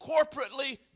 corporately